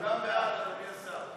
כולם בעד, אדוני השר.